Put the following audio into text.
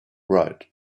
right